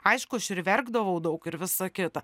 aišku aš ir verkdavau daug ir visa kita